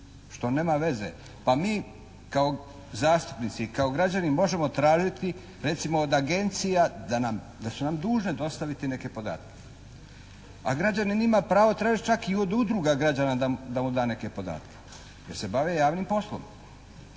što nema veze. Pa mi kao zastupnici i kao građani možemo tražiti recimo od agencija da su nam dužne dostaviti neke podatke. A građanin ima pravo tražiti čak i od udruga građana da mu da neke podatke, jer se bave javnim poslom.